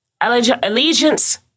Allegiance